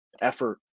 effort